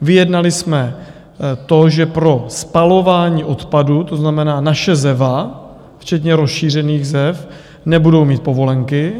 Vyjednali jsme to, že pro spalování odpadu, to znamená, naše Zeva včetně rozšířených Zev, nebudou mít povolenky.